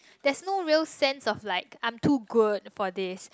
there's no real sense of like I'm too good about this